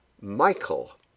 Michael